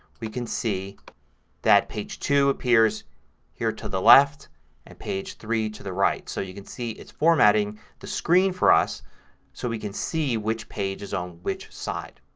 we can see that page two appears here to the left and page three to the right. so you can see it's formatting the screen for us so we can see which page is on which side.